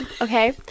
Okay